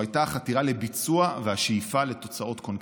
החתירה לביצוע והשאיפה לתוצאות קונקרטיות.